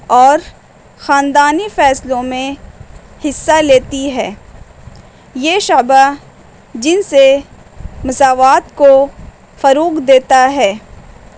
اور خاندانی فیصلوں میں حصہ لیتی ہے یہ شعبہ جن سے مساوات کو فروغ دیتا ہے